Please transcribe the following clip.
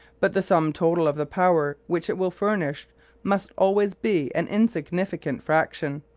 but the sum total of the power which it will furnish must always be an insignificant fraction.